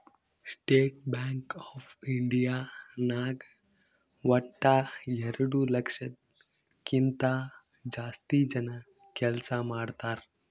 state Bank of India ನಾಗ್ ವಟ್ಟ ಎರಡು ಲಕ್ಷದ್ ಕಿಂತಾ ಜಾಸ್ತಿ ಜನ ಕೆಲ್ಸಾ ಮಾಡ್ತಾರ್